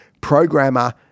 Programmer